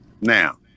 Now